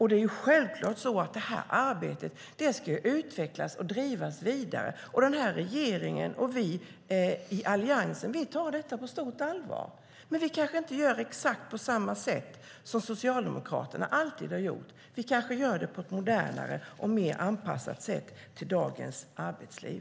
Det arbetet ska självklart utvecklas och drivas vidare, och den här regeringen och vi i Alliansen tar detta på stort allvar. Men vi kanske inte gör på exakt samma sätt som Socialdemokraterna alltid har gjort, utan vi kanske gör det på ett modernare sätt som är mer anpassat till dagens arbetsliv.